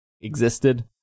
existed